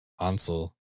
ansel